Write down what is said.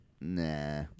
nah